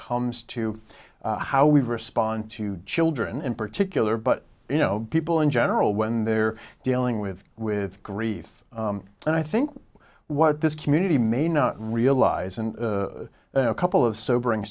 comes to how we respond to children in particular but you know people in general when they're dealing with with grief and i think what this community may not realize and a couple of sobering